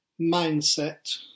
mindset